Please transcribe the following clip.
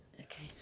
Okay